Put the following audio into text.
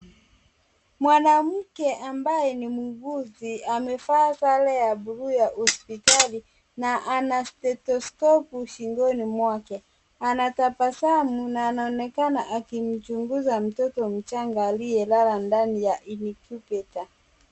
Mwanamke ambaye ni muuguzi amevaa sare ya blue ya hospitalini na ana stetoskopu shingoni mwake. Anatabasamu na anaonekana akimchunguza mtoto mchanga aliyelala ndani ya incubator .